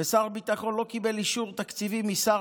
ושר הביטחון לא קיבל אישור תקציבי משר